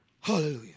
Hallelujah